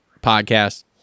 podcast